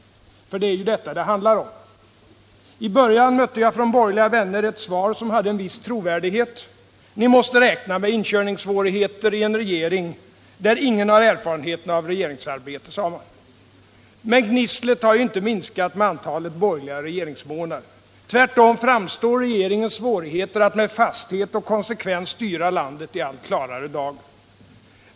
— för det är ju detta det handlar om. I början mötte jag från borgerliga vänner ett svar som hade en viss trovärdighet: Ni måste räkna med inkörningssvårigheter i en regering där ingen har erfarenhet av regeringsarbete, sade man. Men gnisslet har inte minskat med antalet borgerliga regeringsmånader. Tvärtom framstår regeringens svårigheter att med fasthet och konsekvens styra landet i allt klarare dager.